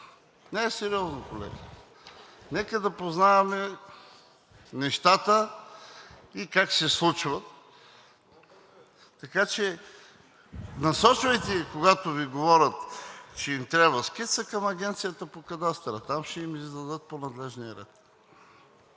Не е сериозно, колеги. Нека да познаваме нещата и как се случват и ги насочвайте, когато Ви говорят, че им трябва скица към Агенцията по кадастър – там ще им я издадат по надлежния ред.